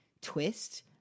twist